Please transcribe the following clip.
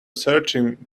searching